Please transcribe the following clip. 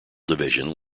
division